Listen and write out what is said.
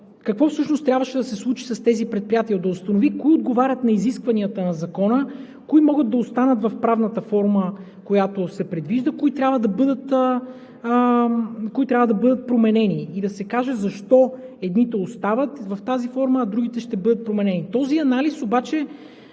какво всъщност трябваше да се случи с тези предприятия – да установи кои отговарят на изискванията на Закона, кои могат да останат в правната форма, която се предвижда, кои трябва да бъдат променени, и да се каже защо едните остават в тази форма, а другите ще бъдат променени. Този анализ обаче